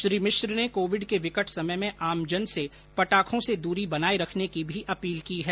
श्री मिश्र ने कोविड के विकट समय में आमजन से पटाखों से दूरी बनाए रखने की भी अपील की है